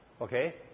Okay